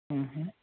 हं हं